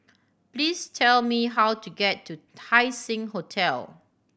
please tell me how to get to Haising Hotel